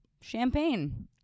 champagne